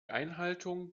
einhaltung